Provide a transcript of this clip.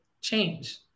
change